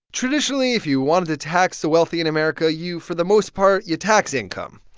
traditionally, if you wanted to tax the wealthy in america, you for the most part, you tax income.